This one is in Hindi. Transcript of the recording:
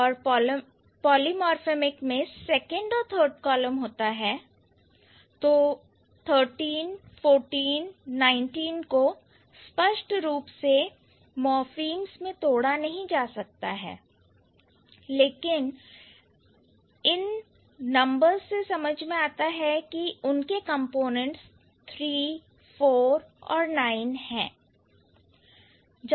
और पॉलीमर्फेमिक में सेकंड और थर्ड कॉलम होता है तो thirteen fourteen nineteen को स्पष्ट रूप से मॉर्फीम्स में तोड़ा नहीं जा सकता है लेकिन उनसे समझ में आता हैं कि उनके कंपोनेंट्स three four nine हैं